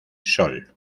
sol